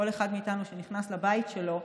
לכל אחד מאיתנו שנכנס לבית שלו,